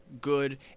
good